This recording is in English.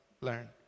learn